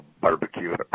barbecue